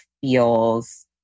feels